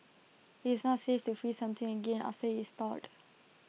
IT is not safe to freeze something again after IT has thawed